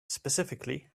specifically